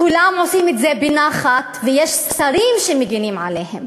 כולם עושים את זה בנחת, ויש שרים שמגינים עליהם.